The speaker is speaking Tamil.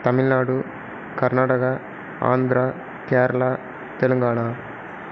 தமிழ்நாடு கர்நாடகா ஆந்திரா கேரளா தெலுங்கானா